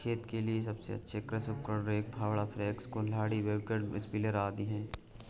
खेत के लिए सबसे अच्छे कृषि उपकरण, रेक, फावड़ा, पिकैक्स, कुल्हाड़ी, व्हीलब्रो, स्प्रिंकलर आदि है